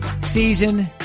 season